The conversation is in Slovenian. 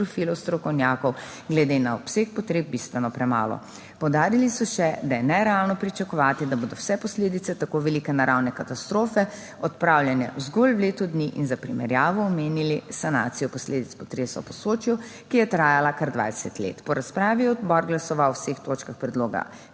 profilov strokovnjakov, glede na obseg potreb bistveno premalo. Poudarili so še, da je nerealno pričakovati, da bodo vse posledice tako velike naravne katastrofe odpravljene zgolj v letu dni in za primerjavo omenili sanacijo posledic potresa v Posočju, ki je trajala kar 20 let. Po razpravi je odbor glasoval o vseh točkah predloga